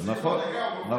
רגע, דקה, הוא מפריע לו.